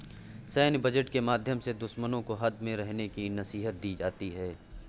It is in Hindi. सैन्य बजट के माध्यम से दुश्मनों को हद में रहने की नसीहत दी जाती है